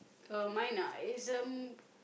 uh mine ah is um